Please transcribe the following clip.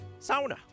sauna